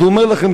אז הוא אומר לכם,